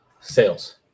sales